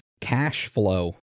Cashflow